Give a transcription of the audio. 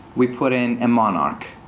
we put in and monarch